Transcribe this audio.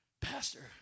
pastor